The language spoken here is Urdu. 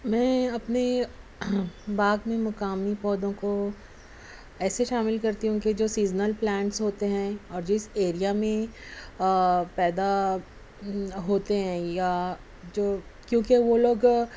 میں اپنے باغ میں مقامی پودوں کو ایسے شامل کرتی ہوں کہ جو سیزنل پلانٹس ہوتے ہیں اور جس ایریا میں پیدا ہوتے ہیں یا جو کیونکہ وہ لوگ